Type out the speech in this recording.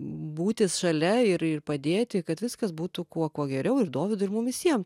būtis šalia ir ir padėti kad viskas būtų kuo kuo geriau ir dovydui ir mum visiem